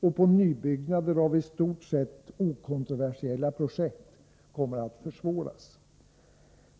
och på nyutbyggnad av i stort sett okontroversiella projekt försvåras.